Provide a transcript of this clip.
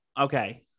Okay